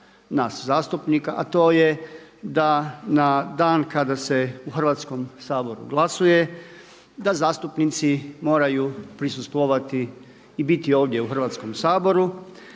nas zastupnika, a to je da na dan kada se u Hrvatskom saboru glasuje da zastupnici moraju prisustvovati i biti ovdje u Hrvatskom saboru,